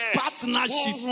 partnership